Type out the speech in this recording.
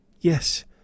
Yes